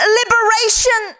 liberation